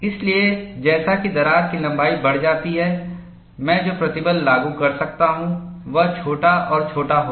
इसलिए जैसा कि दरार की लंबाई बढ़ जाती है मैं जो प्रतिबल लागू कर सकता हूं वह छोटा और छोटा होगा